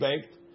baked